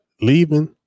leaving